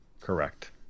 Correct